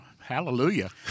Hallelujah